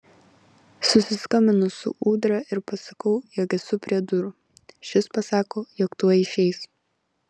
susiskambinu su ūdra ir pasakau jog esu prie durų šis pasako jog tuoj išeis